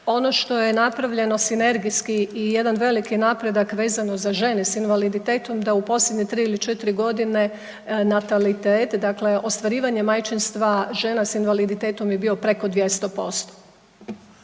Ono što je napravljeno sinergijski i jedan veliki napredak vezano za žene s invaliditetom da u posljednje 3 ili 4.g. natalitet, dakle ostvarivanje majčinstva žena s invaliditetom je bio preko 200%.